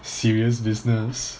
serious business